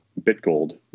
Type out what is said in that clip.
Bitgold